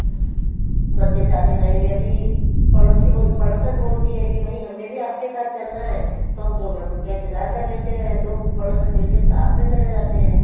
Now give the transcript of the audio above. मंदिर जाते टाइम यदि पड़ोसी बोल पड़ोसन बोलती है कि भाई हमें भी आपके साथ चलना है तो हम दो का इंतजार कर लेते हैं दो पड़ोसन मिल कर साथ में चले जाते हैं